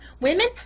Women